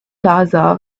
plaza